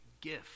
gift